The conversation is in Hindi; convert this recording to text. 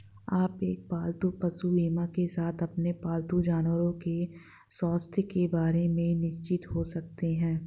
आप एक पालतू पशु बीमा के साथ अपने पालतू जानवरों के स्वास्थ्य के बारे में निश्चिंत हो सकते हैं